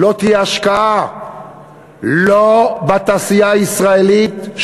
לא תהיה השקעה לא בתעשייה הישראלית,